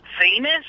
famous